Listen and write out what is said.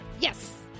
Yes